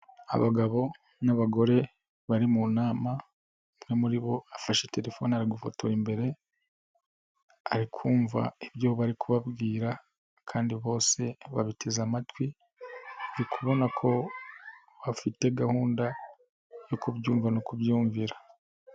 Abagabo n'abagore bari mu nama umwe muri bo afashe telefoni aragufotora imbere, arikumva ibyo bari kubabwira kandi bose babiteze amatwi, uri kubona ko bafite gahunda yo kubyumva no kubyumvira.